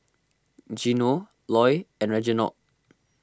Gino Loy and Reginald